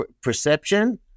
perception